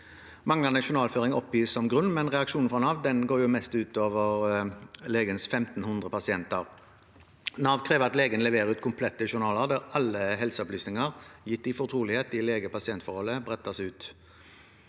Manglende journalføring oppgis som grunn, men reaksjonen fra Nav går mest ut over legens 1 500 pasienter. Nav krever at legen leverer ut komplette journaler der alle helseopplysninger, gitt i fortrolighet i lege-/ pasientforholdet, brettes ut.